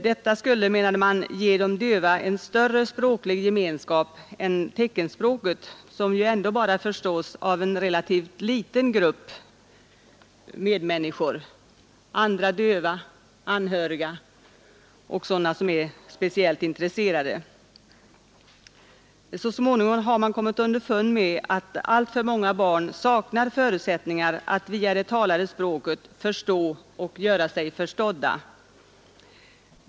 Detta skulle, menade man, ge de döva en större språklig gemenskap än teckenspråket, som ju ändå bara förstås av en relativt liten grupp medmänniskor — andra döva, anhöriga och övriga Nr 145 intresserade. Så småningom har man kommit underfund med att alltför Tisdagen den många barn saknar förutsättningar att via det talade språket förstå och A december.1973 göra sig förstådda.